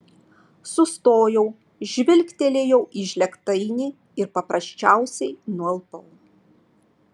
sustojau žvilgtelėjau į žlėgtainį ir paprasčiausiai nualpau